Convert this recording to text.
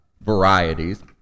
varieties